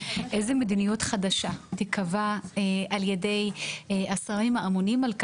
איזה מדיניות חדשה תיקבע על ידי השרים האמונים על כך,